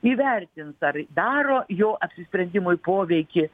įvertins ar daro jo apsisprendimui poveikį